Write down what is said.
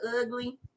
ugly